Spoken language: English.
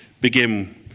begin